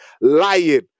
lying